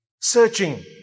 searching